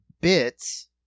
bits